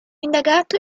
indagato